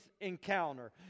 encounter